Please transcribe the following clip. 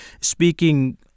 speaking